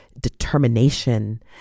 determination